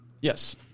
Yes